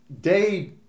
day